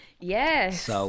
Yes